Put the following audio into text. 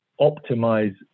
optimize